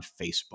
Facebook